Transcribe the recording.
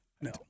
No